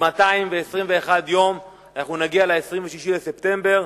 עוד 221 יום אנחנו נגיע ל-26 בספטמבר,